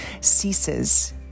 ceases